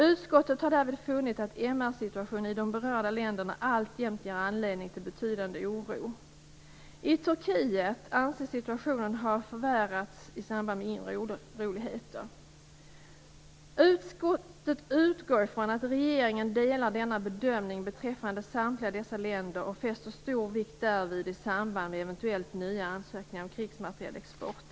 Utskottet har därvid funnit att MR-situationen i de berörda länderna alltjämt ger anledning till betydande oro. I Turkiet anses situationen ha förvärrats i samband med inre oroligheter. Utskottet utgår från att regeringen delar denna bedömning beträffande samtliga dessa länder och fäster stor vikt därvid i samband med eventuellt nya ansökningar om krigsmaterielexport."